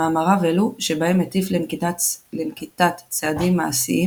במאמריו אלו, שבהם הטיף לנקיטת צעדים מעשיים